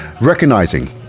recognizing